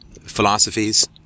philosophies